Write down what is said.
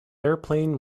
airplane